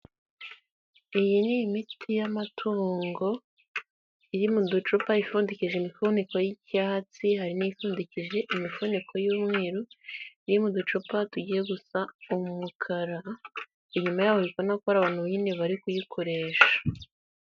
Iyi ni imiti y'amatungo, iri mu ducupa ipfundiki imifuniko y'icyatsi, hari n'ipfundikije imifuniko y'umweru iri mu ducupa tugiye gusa umukara, inyuma yaho urabona ko hari abantu nyine bari kuyikoresha.